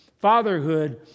Fatherhood